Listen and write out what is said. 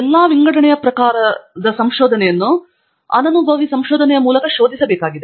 ಎಲ್ಲಾ ವಿಂಗಡಣೆಯ ಪ್ರಕಾರದ ಸಂಶೋಧನೆಯು ಅನನುಭವಿ ಸಂಶೋಧನೆಯ ಮೂಲಕ ಶೋಧಿಸಬೇಕಾಗಿದೆ